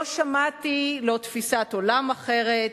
לא שמעתי, לא תפיסת עולם אחרת,